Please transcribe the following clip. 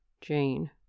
Jane